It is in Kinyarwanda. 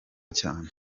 cyane